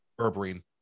berberine